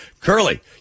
Curly